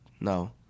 No